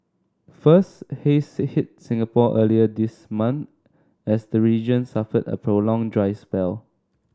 first haze hit Singapore earlier this month as the region suffered a prolonged dry spell